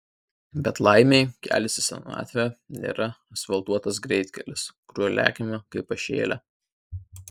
bet laimei kelias į senatvę nėra asfaltuotas greitkelis kuriuo lekiame kaip pašėlę